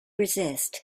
resist